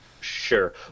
Sure